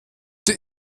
die